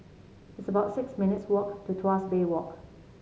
it's about six minutes' walk to Tuas Bay Walk